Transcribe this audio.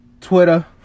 Twitter